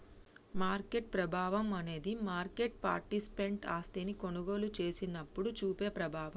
market ప్రభావం అనేది market participant ఆస్తిని కొనుగోలు చేసినప్పుడు చూపే ప్రభావం